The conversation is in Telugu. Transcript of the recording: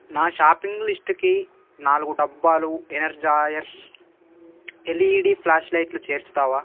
నా షాపింగ్ లిస్టుకి నాలుగు డబ్బాలు ఎనర్జాయర్స్ ఎల్ఈడి ఫ్లాష్ లైట్లు చేర్చుతావా